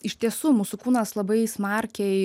iš tiesų mūsų kūnas labai smarkiai